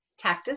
Tactus